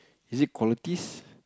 is it qualities